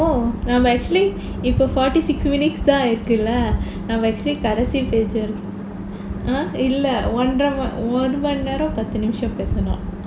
நம்ப:namba actually இப்ப:ippa forty six minutes தான் இருக்குல நம்ப:thaan irukkula namba actually கடைசி:kadaisi page வரைக்கும்:varaikkum um இல்ல ஒன்ர மணி~ ஒரு மணி நேரம் பத்து நிமிஷம் பேசணும்:illa ondra mani~ oru mani neram pathu nimisham pesanum